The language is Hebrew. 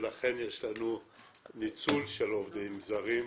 ולכן יש לנו ניצול של עובדים זרים בחקלאות.